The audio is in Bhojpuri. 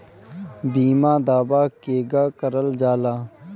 बीमा दावा केगा करल जाला?